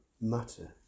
matter